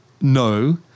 no